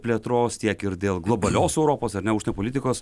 plėtros tiek ir dėl globalios europos ar ne užsienio politikos